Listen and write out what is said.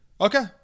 Okay